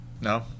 No